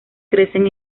crecen